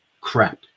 crap